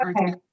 Okay